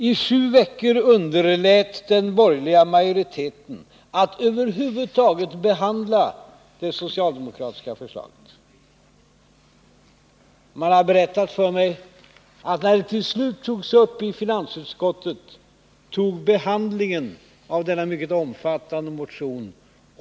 I sju veckor underlät den borgerliga majoriteten att över huvud taget behandla det socialdemokratiska förslaget. Man har berättat för mig att när det till slut togs upp i finansutskottet ägnades åtta minuter åt behandlingen av denna mycket omfattande motion.